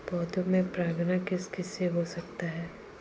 पौधों में परागण किस किससे हो सकता है?